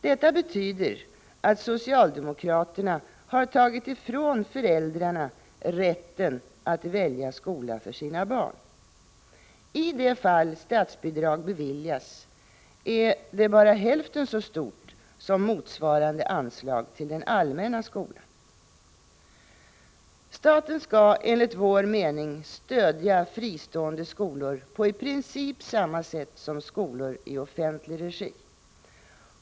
Detta betyder att socialdemokraterna har tagit ifrån föräldrarna rätten att välja skola för sina barn. I de fall statsbidrag beviljas är detta bara hälften så stort som motsvarande anslag till den allmänna skolan. Staten skall enligt vår mening stödja fristående skolor på i princip samma sätt som skolor i offentlig regi.